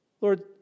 Lord